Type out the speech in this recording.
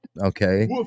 okay